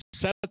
set